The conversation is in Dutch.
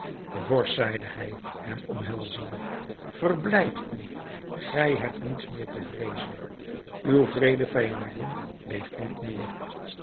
vorst zeide hij hem omhelzende verblijd u gij hebt niets meer te vreezen uwe wreede vijandin leeft niet meer